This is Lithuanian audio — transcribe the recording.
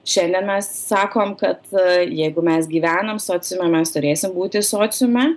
šiandien mes sakom kad jeigu mes gyvenam sociume mes turėsim būti sociume